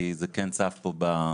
כי זה כן צף פה.